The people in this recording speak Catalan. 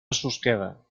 susqueda